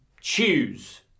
choose